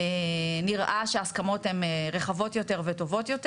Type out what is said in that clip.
נראה שההסכמות היום הן רחבות יותר וטובות יותר.